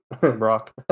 Brock